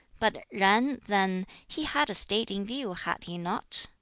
but yen, then he had a state in view, had he not?